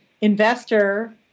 investor